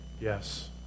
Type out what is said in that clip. Yes